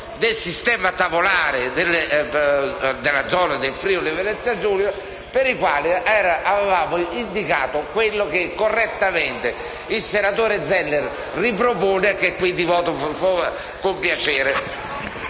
di giudice tavolare della zona del Friuli-Venezia Giulia, per i quali avevamo indicato quello che correttamente il senatore Zeller ripropone e che quindi voto con piacere.